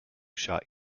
shot